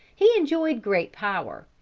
he enjoyed great power.